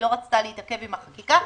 היא לא רצתה להתעכב עם החקיקה,